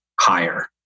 higher